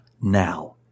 now